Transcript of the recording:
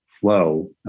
flow